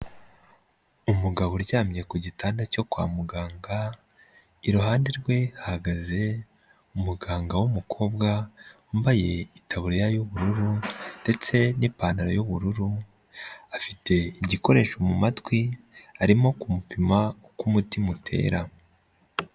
Umugabo uryamye ku gitanda cyo kwa muganga iruhande rwe hahagaze umuganga w'umukobwa wambaye ikabaya y'ubururu ndetse n'ipantaro y'ubururu afite igikoresho mu matwi arimo kumupima uko umutima utera.